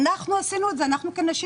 אנחנו עשינו את זה, אנחנו כנשים.